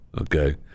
okay